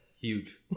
Huge